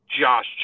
Josh